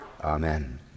Amen